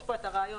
יש פה את הרעיון,